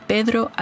Pedro